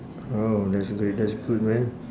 oh that's great that's good man